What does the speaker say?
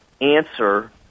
answer